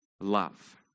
love